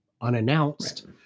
unannounced